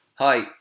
Hi